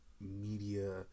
media